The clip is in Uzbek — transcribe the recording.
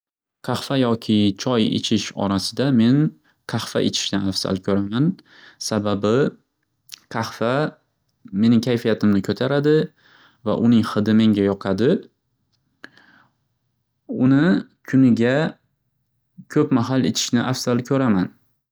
Qaxfa yoki choy ichish orasida men qaxfa ichishni afsal ko'raman sababi qaxfa mening kayfiyatimni ko'taradi va uning hidi menga yoqadi. Uni kuniga ko'p mahal ichishni afsal ko'raman